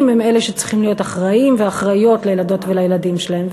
והדגיש שההורים הם שצריכים להיות אחראים ואחראיות לילדות ולילדים שלהם.